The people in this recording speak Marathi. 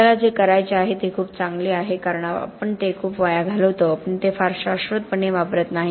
आपल्याला जे करायचे आहे ते खूप चांगले आहे कारण आपण ते खूप वाया घालवतो आपण ते फार शाश्वतपणे वापरत नाही